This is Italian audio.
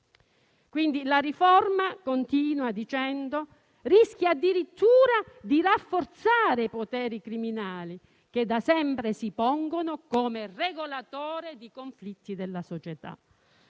che la riforma rischia addirittura di rafforzare i poteri criminali che da sempre si pongono come regolatore di conflitti della società.